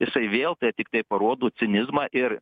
jisai vėl tai tiktai parodo cinizmą ir